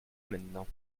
maintenant